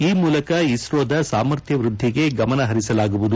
ಈ ಮೂಲಕ ಇಸ್ತೋದ ಸಾಮರ್ಥ್ಯ ವೃದ್ದಿಗೆ ಗಮನಹರಿಸಲಾಗುವುದು